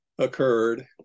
occurred